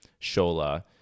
Shola